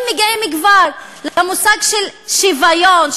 אם מגיעים כבר למושג של שוויון,